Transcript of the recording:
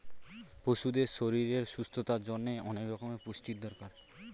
পশুদের শরীরের সুস্থতার জন্যে অনেক রকমের পুষ্টির দরকার